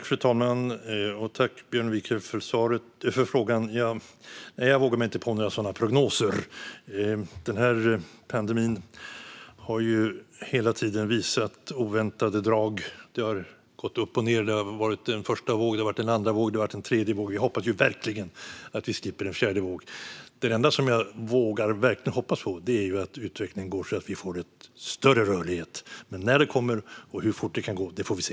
Fru talman! Tack, Björn Wiechel, för frågan! Nej, jag vågar mig inte på några sådana prognoser. Den här pandemin har ju hela tiden visat oväntade drag. Det har gått upp och ned. Det har varit en första våg, en andra våg och en tredje våg, och vi hoppas verkligen att vi slipper en fjärde våg. Det enda som jag verkligen vågar hoppas på är att utvecklingen går mot att vi får en större rörlighet. Men när den kommer och hur fort det kan gå får vi se.